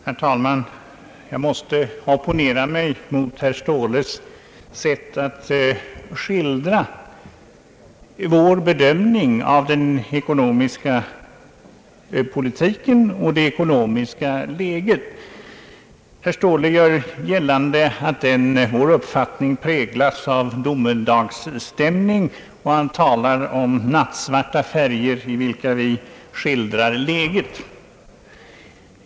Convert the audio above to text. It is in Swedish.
Herr talman! Jag måste opponera mig mot herr Ståhles sätt att skildra vår bedömning av den ekonomiska politiken och det ekonomiska läget. Herr Ståhle gör gällande att vår uppfattning präglas av domedagsstämning och han talar om de nattsvarta färger i vilka vi skildrar läget.